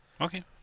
Okay